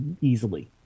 easily